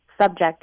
Subject